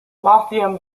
lothian